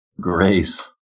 Grace